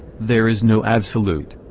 there is no absolute.